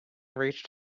reached